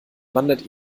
wandert